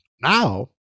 now